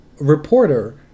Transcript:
reporter